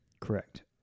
Correct